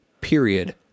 period